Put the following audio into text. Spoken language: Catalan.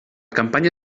campanya